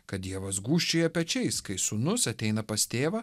kad dievas gūžčioja pečiais kai sūnus ateina pas tėvą